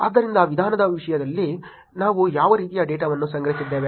ಆದ್ದರಿಂದ ವಿಧಾನದ ವಿಷಯದಲ್ಲಿ ನಾವು ಯಾವ ರೀತಿಯ ಡೇಟಾವನ್ನು ಸಂಗ್ರಹಿಸಿದ್ದೇವೆ